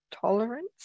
tolerance